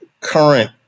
current